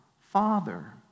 Father